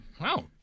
wow